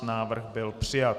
Návrh byl přijat.